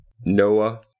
Noah